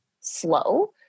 slow